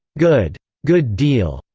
good. good deal.